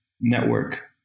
network